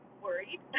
worried